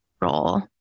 role